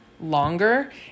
longer